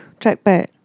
trackpad